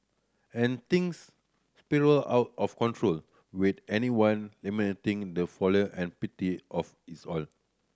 and things spiral out of control with anyone lamenting the folly and pity of it's all